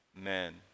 amen